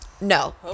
No